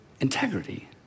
integrity